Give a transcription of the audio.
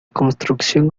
construcción